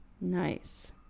Nice